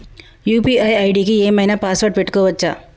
UPI కి ఏం ఐనా పాస్వర్డ్ పెట్టుకోవచ్చా?